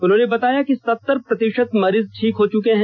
उन्होंने बताया कि सत्तर प्रतिशत मरीज ठीक हो चुके हैं